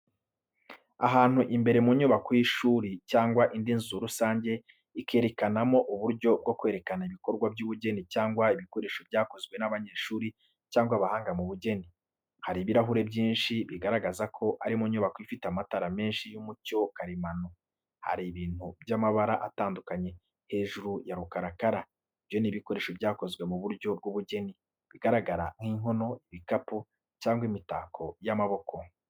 Ahantu imbere mu nyubako y’ishuri cyangwa indi nzu rusange ikerekanamo uburyo bwo kwerekana ibikorwa by’ubugeni cyangwa ibikoresho byakozwe n'abanyeshuri cyangwa abahanga mu bugeni. Hari ibirahuri byinshi bigaragaza ko ari mu nyubako ifite amatara menshi y’umucyo karemano. Hari ibintu by’amabara atandukanye hejuru ya rukarakara. Ibyo ni ibikoresho byakozwe mu buryo bw’ubugeni, bigaragara nk’inkono, ibikapu, cyangwa imitako y’amaboko.